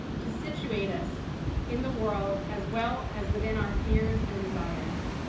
to situate us in the world as well as within our fears and desires,